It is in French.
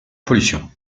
pollution